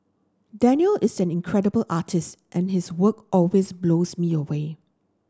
Daniel is an incredible artist and his work always blows me away